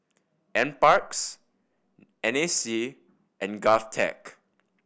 Nparks N A C and GovTech